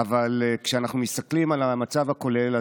אבל כשאנחנו מסתכלים על המצב הכולל,